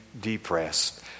depressed